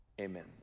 Amen